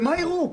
ומה יראו?